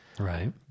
Right